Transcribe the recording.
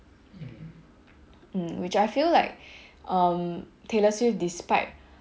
mm which I feel like um taylor swift despite